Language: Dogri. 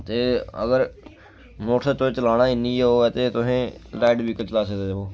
ते अगर मोटरसैकल तुसें चलाना इन्नी गै तुसें ओह् ऐ ते तुसें लाइट व्हीकल चलाई सकदे ओ